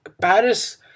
paris